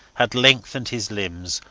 had lengthened his limbs,